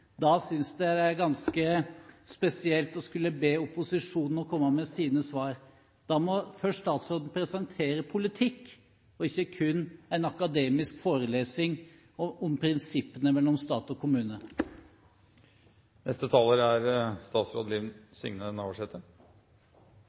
Da synes jeg det er ganske spesielt å skulle be opposisjonen om å komme med sine svar. Da må statsråden først presentere politikk og ikke kun en akademisk forelesning om prinsippene mellom stat og kommune. Det er